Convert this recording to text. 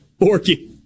Orky